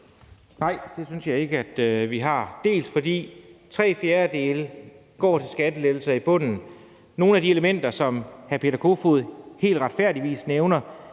Nej, det synes jeg ikke vi har, bl.a. fordi tre fjerdedele går til skattelettelser i bunden. Nogle af de elementer, som hr. Peter Kofod retfærdigvis nævner,